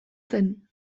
zen